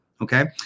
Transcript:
Okay